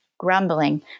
Grumbling